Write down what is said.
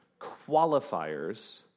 qualifiers